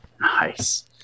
Nice